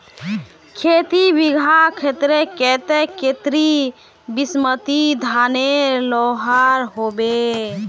खेती बिगहा खेतेर केते कतेरी बासमती धानेर लागोहो होबे?